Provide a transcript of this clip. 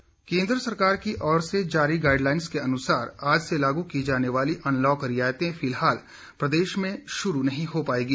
cinema hall केंद्र सरकार की ओर से जारी गाइडलाइन के अनुसार आज से लागू की जाने वाली अनलॉक रियायतें फिलहाल प्रदेश में श्रू नहीं हो पाएगी